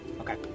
Okay